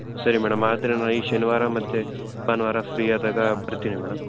ಹಾಂ ಸರಿ ಮೇಡಮ್ ಆದರೆ ನಾನು ಈ ಶನಿವಾರ ಮತ್ತು ಭಾನುವಾರ ಫ್ರೀ ಆದಾಗ ಬರ್ತೀನಿ ಮೇಡಮ್